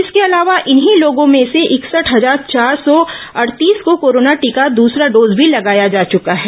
इसके अलावा इन्हीं लोगों में से इकसठ हजार चार सौ अड़तीस को कोरोना टीका का दूसरा डोज भी लगाया जा चुका है